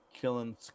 killing